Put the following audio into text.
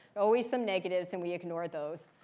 always some negatives, and we ignore those.